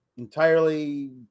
Entirely